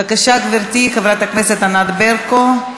בבקשה, גברתי, חברת הכנסת ענת ברקו.